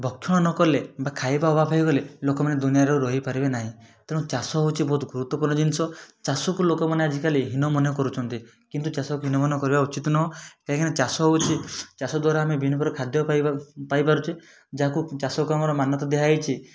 ଭକ୍ଷଣ ନ କଲେ ବା ଖାଇବା ଅଭାବ ହେଇଗଲେ ଲୋକ ମାନେ ଦୁନିଆରେ ରହିପାରିବେ ନାହିଁ ତେଣୁ ଚାଷ ହଉଛି ବହୁତ ଗୁରୁତ୍ବପୂର୍ଣ୍ଣ ଜିନିଷ ଚାଷକୁ ଲୋକ ମାନେ ଆଜିକାଲି ହୀନ ମନେ କରୁଛନ୍ତି କିନ୍ତୁ ଚାଷକୁ ହୀନ ମନେ କରିବା ଉଚିତ୍ ନୁହେଁ କାହିଁକି ନା ଚାଷ ହେଉଛି ଚାଷ ଦ୍ବାରା ଆମେ ବିଭିନ୍ନ ପ୍ରକାର ଖାଦ୍ୟ ଖାଇବା ପାଇ ପାରୁଛେ ଯାହାକୁ ଚାଷକୁ ଆମର ମାନ୍ୟତା ଦିଆଯାଇଛି